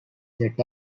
set